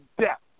death